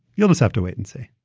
you'll just have to wait and see